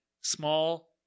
small